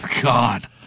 God